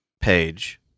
page